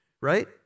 right